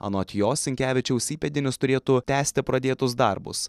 anot jo sinkevičiaus įpėdinis turėtų tęsti pradėtus darbus